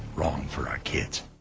wrong for our kids.